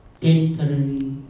temporary